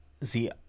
See